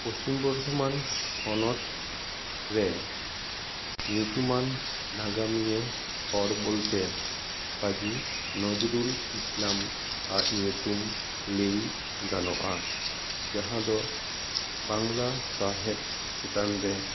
ᱯᱚᱥᱪᱤᱢ ᱵᱚᱨᱫᱷᱚᱢᱟᱱ ᱦᱚᱱᱚᱛᱨᱮ ᱧᱩᱛᱩᱢᱟᱱ ᱱᱟᱜᱟᱢᱤᱭᱟᱹ ᱦᱚᱲ ᱵᱚᱞᱛᱮ ᱠᱟᱡᱤ ᱱᱚᱡᱽᱨᱩᱞ ᱤᱥᱞᱟᱢ ᱟᱜ ᱧᱩᱛᱩᱢ ᱞᱟᱹᱭ ᱜᱟᱱᱚᱼᱟ ᱡᱟᱦᱟᱸᱫᱚ ᱵᱟᱝᱞᱟ ᱥᱟᱣᱦᱮᱫ ᱪᱮᱛᱟᱱᱨᱮ